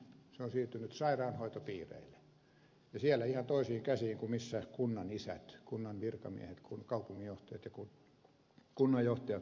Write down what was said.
se on siirtynyt sairaanhoitopiireille ja siellä ihan toisiin käsiin kuin missä kunnan isät kunnan virkamiehet kaupunginjohtajat ja kunnanjohtajat vaikuttavat asioihin